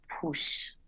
push